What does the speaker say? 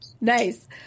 Nice